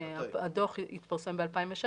הדוח התפרסם ב-2016,